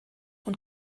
und